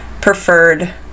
preferred